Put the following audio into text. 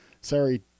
sorry